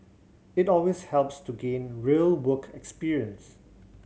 it always helps to gain real work experience